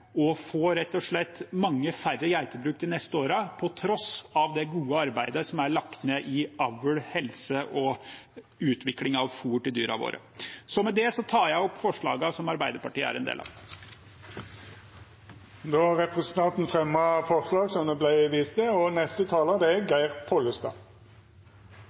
mange færre geitebruk de neste årene – på tross av det gode arbeidet som er lagt ned i avl, helse og utvikling av fôr til dyrene våre. Med det tar jeg opp forslaget som Arbeiderpartiet er en del av. Representanten Nils Kristen Sandtrøen har teke opp det forslaget han refererte til. Det er mange grunnar til å verta glad av geitepolitikk, for geita er